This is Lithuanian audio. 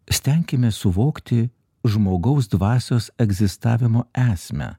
stenkimės suvokti žmogaus dvasios egzistavimo esmę